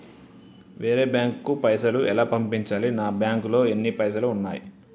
వేరే బ్యాంకుకు పైసలు ఎలా పంపించాలి? నా బ్యాంకులో ఎన్ని పైసలు ఉన్నాయి?